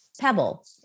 pebble